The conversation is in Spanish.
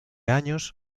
años